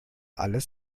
alles